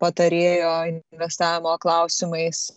patarėjo investavimo klausimais